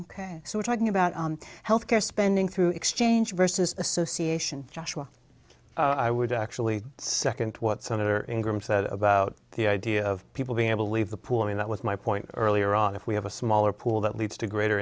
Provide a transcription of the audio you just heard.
ok so we're talking about health care spending through exchange versus association joshua i would actually second what senator graham said about the idea of people being able to leave the pool i mean that was my point earlier on if we have a smaller pool that leads to greater